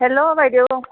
hello বাইদেউ